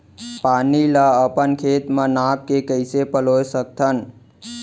पानी ला अपन खेत म नाप के कइसे पलोय सकथन?